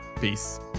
peace